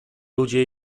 ludzie